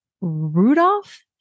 Rudolph